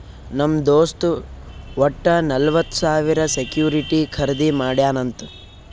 ನಮ್ ದೋಸ್ತ್ ವಟ್ಟ ನಲ್ವತ್ ಸಾವಿರ ಸೆಕ್ಯೂರಿಟಿ ಖರ್ದಿ ಮಾಡ್ಯಾನ್ ಅಂತ್